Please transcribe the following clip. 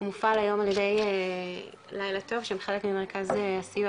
מופעל היום על ידי לילה טוב הם חלק ממרכז הסיוע